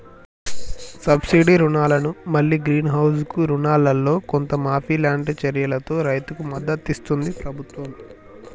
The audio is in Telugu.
సబ్సిడీ రుణాలను మల్లి గ్రీన్ హౌస్ కు రుణాలల్లో కొంత మాఫీ లాంటి చర్యలతో రైతుకు మద్దతిస్తుంది ప్రభుత్వం